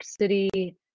City